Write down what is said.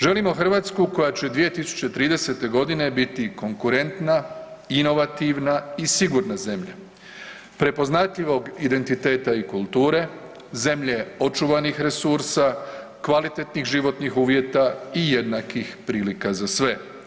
Želimo Hrvatsku koja će 2030. g. biti konkurentna, inovativna i sigurna zemlja, prepoznatljivog identiteta i kulture, zemlje očuvanih resursa, kvalitetnih životnih uvjeta i jednakih prilika za sve.